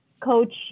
coach